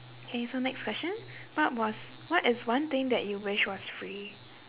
okay so next question what was what is one thing that you wish was free